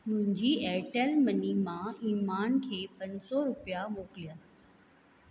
मुंहिंजी Airtel money मां ईमान खे पंज सौ रुपिया मोकिलियो